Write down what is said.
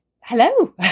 hello